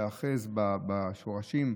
להיאחז בשורשים,